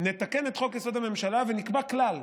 נתקן את חוק-יסוד: הממשלה ונקבע כלל,